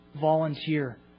volunteer